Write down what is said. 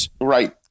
Right